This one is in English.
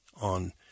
on